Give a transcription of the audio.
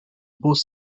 both